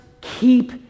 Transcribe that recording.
keep